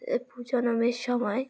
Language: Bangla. এ পুজো নমের সময়